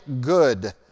good